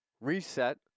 reset